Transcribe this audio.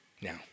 Now